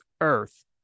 earth